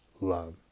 love